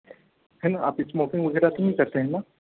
है ना आप स्मोकिंग वगैरह तो नहीं करते है ना